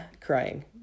crying